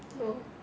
no